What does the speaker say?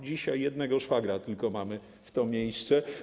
Dzisiaj jednego szwagra tylko mamy w to miejsce.